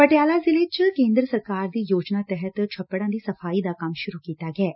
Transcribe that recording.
ਪਟਿਆਲਾ ਜ਼ਿਲ੍ਹੇ ਚ ਕੇਦਰ ਸਰਕਾਰ ਦੀ ਯੋਜਨਾ ਤਹਿਤ ਛੱਪੜਾਂ ਦੀ ਸਫ਼ਾਈ ਦਾ ਕੰਮ ਸੁਰੁ ਕੀਤਾ ਗਿਐ